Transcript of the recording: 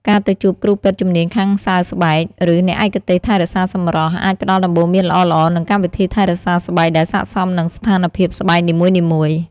ការទៅជួបគ្រូពេទ្យជំនាញខាងសើស្បែក ឬអ្នកឯកទេសថែរក្សាសម្រស់ អាចផ្តល់ដំបូន្មានល្អៗ និងកម្មវិធីថែរក្សាស្បែកដែលសាកសមនឹងស្ថានភាពស្បែកនីមួយៗ ។